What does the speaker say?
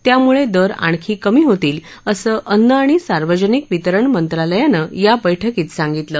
त्यामुळे दर आणखी कमी होतील असं अन्न आणि सार्वजनिक वितरण मंत्रालयाने या बैठकीत सांगितलं